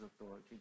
authority